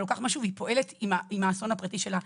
היא לוקחת משהו והיא פועלת עם האסון הפרטי שלה.